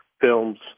films